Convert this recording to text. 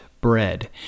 bread